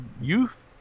Youth